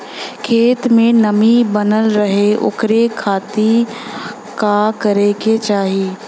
खेत में नमी बनल रहे ओकरे खाती का करे के चाही?